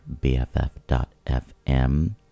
BFF.FM